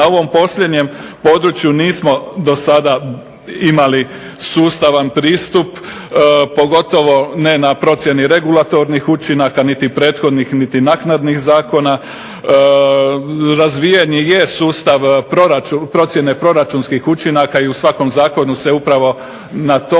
Na ovom posljednjem području nismo do sada imali sustavan pristup, pogotovo ne na procjeni regulatornih učinaka niti prethodnih niti naknadnih zakona. Razvijen je sustav procjene proračunskih učinaka i u svakom zakonu se upravo na to